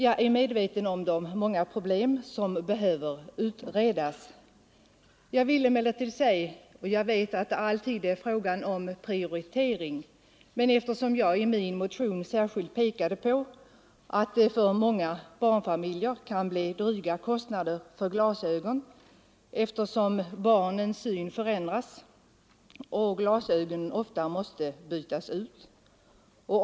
Jag är medveten om de många problem som behöver utredas. Och jag vet att det alltid är fråga om prioritering, men jag pekade i min motion särskilt på att det för många barnfamiljer kan bli dryga kostnader för glasögon eftersom barnens syn förändras och glasögonen ofta måste bytas ut.